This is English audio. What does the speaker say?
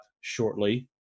shortly